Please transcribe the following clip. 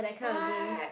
what